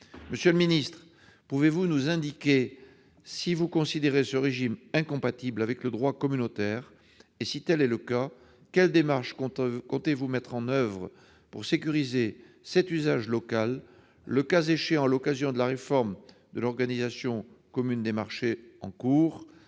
Monsieur le ministre, pouvez-vous nous indiquer si vous considérez ce régime incompatible avec le droit communautaire ? Et, si tel est le cas, quelles démarches comptez-vous mettre en oeuvre pour sécuriser cet usage local, le cas échéant à l'occasion de la réforme en cours de l'organisation commune des marchés, l'OCM,